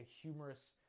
humorous